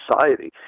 society